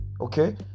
Okay